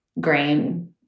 grain